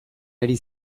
ari